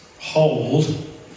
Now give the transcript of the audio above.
hold